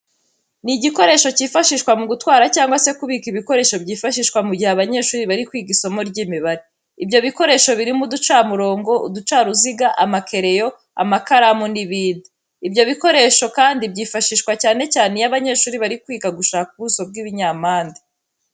Ni igikoresho kifashishwa mu gutwara cyangwa se kubika ibikoresho byifashishwa mu gihe abanyeshuri bari kwiga isomo ry'imibare. Ibyo bikoresho birimo uducamurongo, uducaruziga, amakereyo, amakaramu n'ibindi. Ibyo bikoresho kandi byifashishwa cyane cyane iyo abanyeshuri bari kwiga gushaka ubuso bw'ibinyampande.